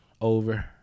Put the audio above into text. Over